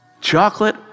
chocolate